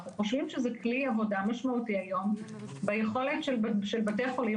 אנחנו חושבים שזה כלי עבודה משמעותי היום ביכולת של בתי החולים